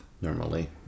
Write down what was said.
normally